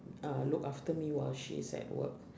uh look after me while she is at work